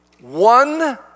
one